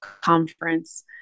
conference